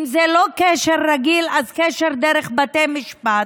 קשר, ואם זה לא קשר רגיל, אז קשר דרך בתי משפט,